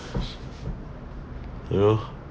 you know